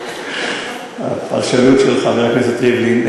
זו הפרשנות של חבר הכנסת ריבלין.